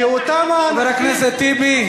שאותם האנשים, חבר הכנסת טיבי.